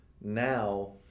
now